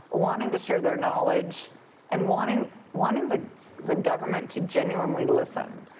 wanting to share their knowledge and wanting wanting the the government to genuinely listen.